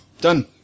Done